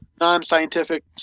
non-scientific